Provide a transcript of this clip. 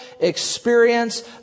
experience